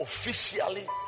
officially